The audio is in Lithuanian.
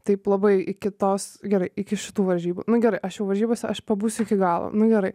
taip labai iki tos gerai iki šitų varžybų nu geai aš jau varžybose aš pabūsiu iki galo nu gerai